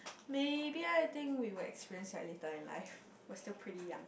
maybe I think we will experience that later in life we're still pretty young